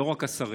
לא רק השרים.